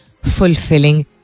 fulfilling